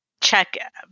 check